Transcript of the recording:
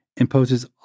imposes